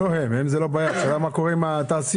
הם זה לא הבעיה, השאלה היא מה קורה עם התעשיות.